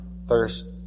thirst